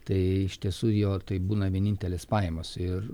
tai iš tiesų jog tai būna vienintelis pajamos ir